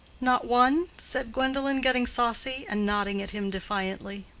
not one? said gwendolen, getting saucy, and nodding at him defiantly.